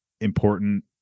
important